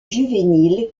juvénile